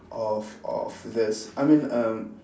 of of this I mean err